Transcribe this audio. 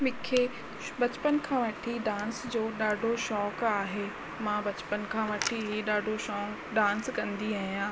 मूंखे बचपन खां वठी डांस जो ॾाढो शौक़ु आहे मां बचपन खां वठी ॾाढो शौ डांस कंदी आहियां